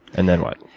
and then what?